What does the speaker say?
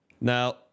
Now